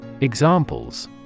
Examples